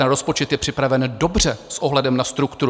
Ten rozpočet je připraven dobře s ohledem na strukturu.